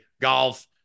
golf